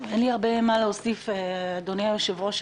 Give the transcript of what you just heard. אין לי הרבה להוסיף, אדוני היושב-ראש.